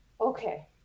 okay